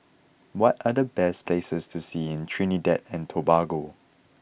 what are the best places to see in Trinidad and Tobago